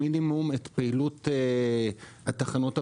למינימום בכל הכוח את פעילות התחנות הפחמיות.